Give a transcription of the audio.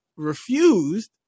refused